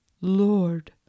Lord